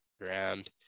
ground